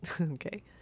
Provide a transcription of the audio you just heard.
Okay